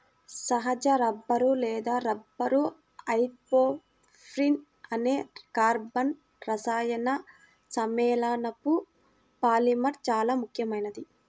సహజ రబ్బరు లేదా rubber isoprene అనే కర్బన రసాయన సమ్మేళనపు పాలిమర్ చాలా ముఖ్యమైనది